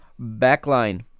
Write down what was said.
backline